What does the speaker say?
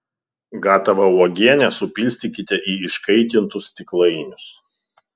gatavą uogienę supilstykite į iškaitintus stiklainius